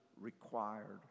required